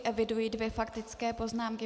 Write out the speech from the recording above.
Eviduji dvě faktické poznámky.